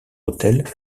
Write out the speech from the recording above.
autel